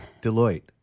Deloitte